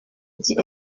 dit